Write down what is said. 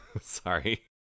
Sorry